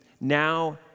now